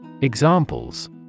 Examples